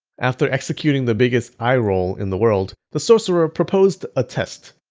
after executing the biggest eye-roll in the world, the sorcerer proposed a test.